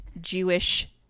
Jewish